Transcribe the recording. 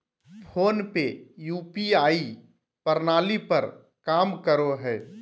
phone पे UPI प्रणाली पर काम करो हय